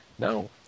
No